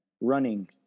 running